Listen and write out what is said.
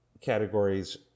categories